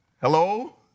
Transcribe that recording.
Hello